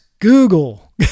Google